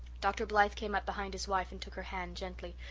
dr. blythe came up behind his wife and took her hand gently,